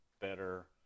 better